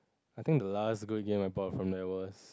I think the last good game I bought from there was